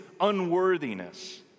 unworthiness